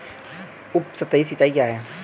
उपसतही सिंचाई क्या है?